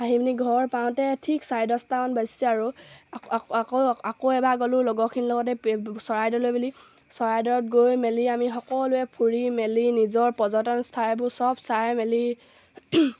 আহি পিনি ঘৰ পাওঁতে ঠিক চাৰে দহটামান বাজিছে আৰু আকৌ আকৌ এবাৰ গ'লোঁ লগৰখিনিৰ লগতে পে চৰাইদেউলৈ বুলি চৰাইদেউত গৈ মেলি আমি সকলোৱে ফুৰি মেলি নিজৰ পৰ্যটন স্থায়বোৰ সব চাই মেলি